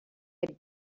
had